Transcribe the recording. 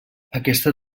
aquesta